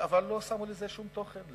אבל לא הכניסו לזה שום תוכן,